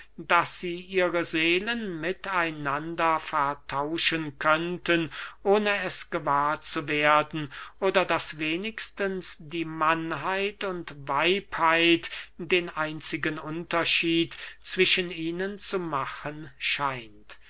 daß sie ihre seelen mit einander vertauschen könnten ohne es gewahr zu werden oder daß wenigstens die mannheit und weibheit den einzigen unterschied zwischen ihnen zu machen scheint